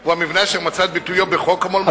הוא המבנה אשר מצא את ביטויו בחוק המולמו"פ,